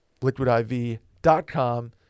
liquidiv.com